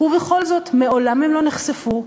ובכל זאת, מעולם הן לא נחשפו,